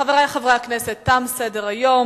חברי חברי הכנסת, תם סדר-היום.